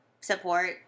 support